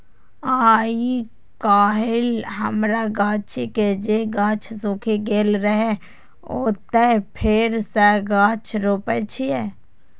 आइकाल्हि हमरा गाछी के जे गाछ सूखि गेल रहै, ओतय फेर सं गाछ रोपै छियै